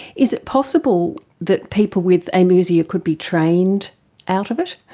is it possible that people with amusia could be trained out of it?